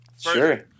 Sure